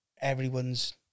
everyone's